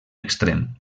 extrem